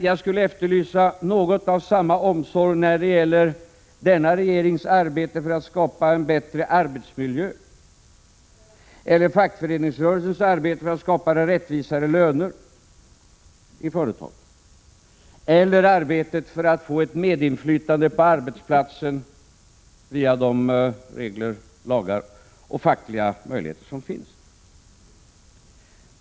Jag efterlyser dock något av samma omsorg när det gäller denna regerings arbete för att skapa en bättre arbetsmiljö, fackföreningsrörelsens arbete för att skapa rättvisare löner i företagen eller arbetet för att få ett medinflytande på arbetsplatserna via de regler, lagar och fackliga möjligheter som finns.